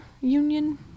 union